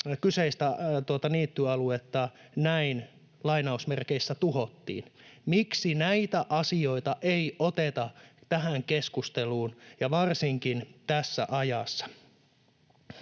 kyseistä niittyaluetta näin ”tuhottiin”. Miksi näitä asioita ei oteta tähän keskusteluun, varsinkin tässä ajassa?